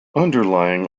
underlying